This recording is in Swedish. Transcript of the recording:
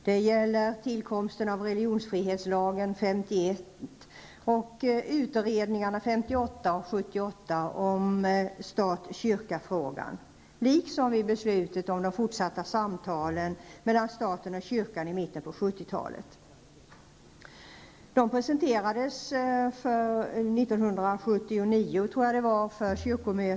Det gäller tillkomsten av religionsfrihetslagen 1951 och utredningarna 1958 och 1978 om stat--kyrka-frågan liksom beslutet om de fortsatta samtalen mellan staten och kyrkan i mitten av 1970-talet. De presenterades för kyrkomötet 1979, tror jag.